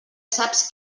saps